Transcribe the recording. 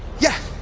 yeah?